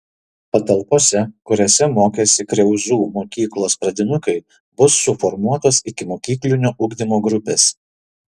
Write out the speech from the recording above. patalpose kuriose mokėsi kriauzų mokyklos pradinukai bus suformuotos ikimokyklinio ugdymo grupės